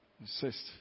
Insist